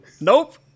Nope